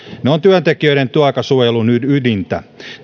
ovat työntekijöiden työaikasuojelun ydintä